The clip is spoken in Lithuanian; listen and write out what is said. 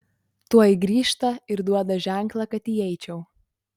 tuoj grįžta ir duoda ženklą kad įeičiau